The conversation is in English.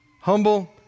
Humble